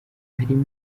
harimo